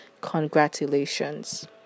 congratulations